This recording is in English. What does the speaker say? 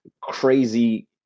crazy